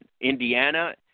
Indiana